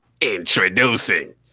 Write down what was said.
Introducing